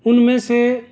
ان میں سے